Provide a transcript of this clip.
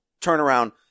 turnaround